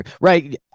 Right